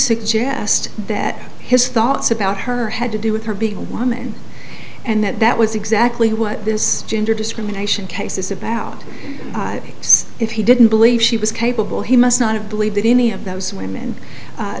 suggest that his thoughts about her had to do with her being a woman and that that was exactly what this gender discrimination case is about if you didn't believe she was capable he must not have believed that any of those women